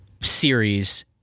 series